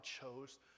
chose